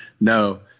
no